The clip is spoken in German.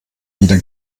wieder